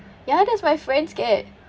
ya that's my friend's cat